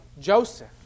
Joseph